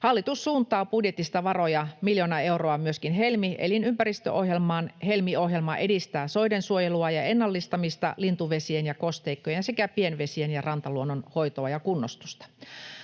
Hallitus suuntaa budjetista varoja miljoona euroa myöskin Helmi-elinympäristöohjelmaan. Helmi-ohjelma edistää soiden suojelua ja ennallistamista, lintuvesien ja kosteikkojen sekä pienvesien ja rantaluonnon hoitoa ja kunnostusta.